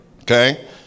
okay